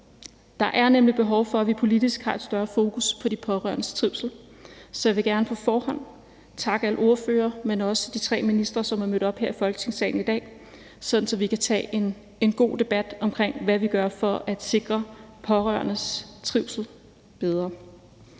Der er nemlig behov for, at vi politisk har et større fokus på de pårørendes trivsel. Så jeg vil gerne på forhånd takke alle ordførerne, men også de tre ministre, som er mødt op her i Folketingssalen i dag, sådan at vi kan tage en god debat om, hvad vi gør for at sikre pårørendes trivsel bedre.